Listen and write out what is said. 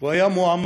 הוא היה מועמד